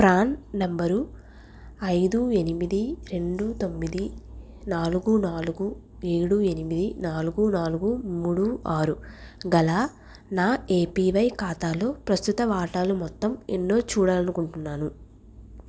PRAN number అయిదు ఎనిమిది రెండు తొమ్మిది నాలుగు నాలుగు ఏడు ఎనిమిది నాలుగు నాలుగు మూడు ఆరు గల నా ఏపీవై ఖాతాలో ప్రస్తుత వాటాలు మొత్తం ఎన్నో చూడాలనుకుంటున్నాను